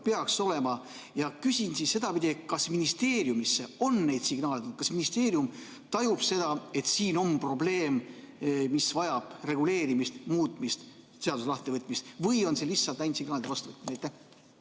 peaks olema. Küsin sedapidi: kas ministeeriumisse on neid signaale tulnud? Kas ministeerium tajub seda, et siin on probleem, mis vajab reguleerimist, muutmist, seaduse lahtivõtmist, või on see lihtsalt ainult signaalide vastuvõtmine?